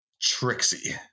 Trixie